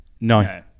No